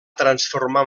transformar